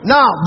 Now